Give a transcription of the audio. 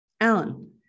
Alan